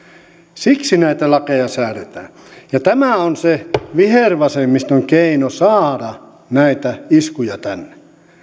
siksi näitä lakeja säädetään ja tämä on se vihervasemmiston keino saada näitä iskuja tänne